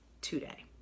today